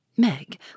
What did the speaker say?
Meg